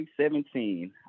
2017